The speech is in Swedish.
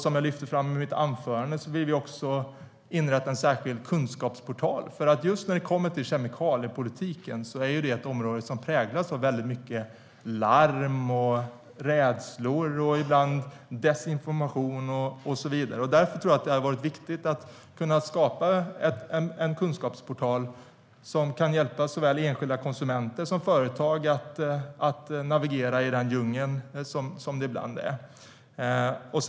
Som jag lyfte fram i mitt anförande vill vi också inrätta en särskild kunskapsportal, just därför att kemikaliepolitiken är ett område som präglas av väldigt mycket larm och rädslor och ibland desinformation och så vidare. Jag tror att det hade varit viktigt att kunna skapa en kunskapsportal som kan hjälpa både enskilda konsumenter och företag att navigera i den djungel som det är ibland.